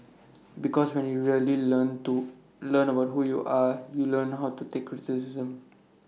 because when you really learn to learn about who you are you learn how to take